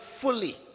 fully